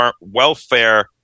welfare